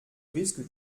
risque